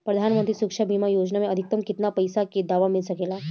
प्रधानमंत्री सुरक्षा बीमा योजना मे अधिक्तम केतना पइसा के दवा मिल सके ला?